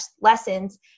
lessons